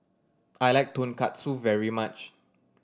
I like Tonkatsu very much